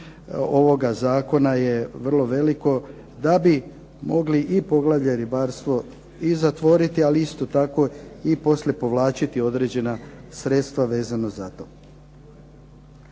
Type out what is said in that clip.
ovoga Zakona je veliko da bi mogli i poglavlje ribarstvo i zatvoriti ali isto tako poslije povlačiti određena sredstva vezano za to.